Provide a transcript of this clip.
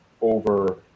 over